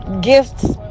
gifts